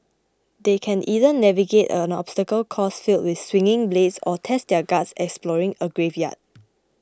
they can either navigate an obstacle course filled with swinging blades or test their guts exploring a graveyard